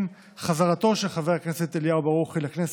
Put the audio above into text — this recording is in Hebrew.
עם חזרתו של חבר הכנסת אליהו ברוכי לכנסת,